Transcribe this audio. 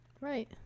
Right